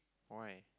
why